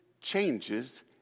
changes